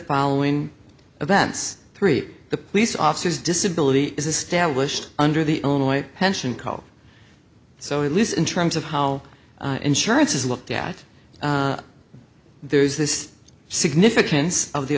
following events three the police officers disability is established under the only pension called so at least in terms of how insurance is looked at there's this significance of the